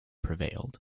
prevailed